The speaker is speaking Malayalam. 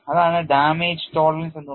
അതാണ് damage tolerance എന്നുള്ളത്